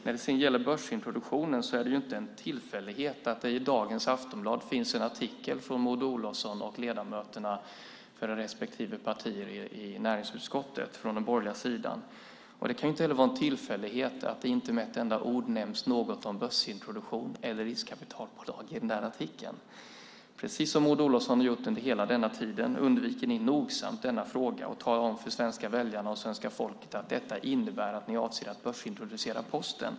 När det sedan gäller börsintroduktionen är det inte en tillfällighet att det i Aftonbladet i dag finns en artikel av Maud Olofsson och ledamöterna från respektive borgerliga partier i näringsutskottet. Det kan inte heller vara en tillfällighet att det inte med ett enda ord nämns något om börsintroduktion eller riskkapitalbolag i den artikeln. Precis som Maud Olofsson har gjort under hela denna tid undviker ni nogsamt denna fråga och att tala om för de svenska väljarna och det svenska folket att detta innebär att ni avser att börsintroducera Posten.